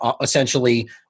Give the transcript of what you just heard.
essentially